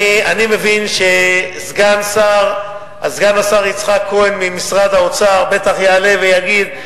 אני מבין שסגן השר יצחק כהן ממשרד האוצר בטח יעלה ויגיד,